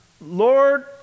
Lord